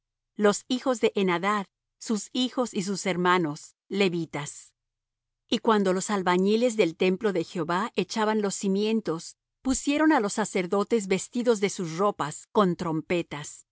los hijos de henadad sus hijos y sus hermanos levitas y cuando los albañiles del templo de jehová echaban los cimientos pusieron á los sacerdotes vestidos de sus ropas con trompetas